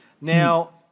Now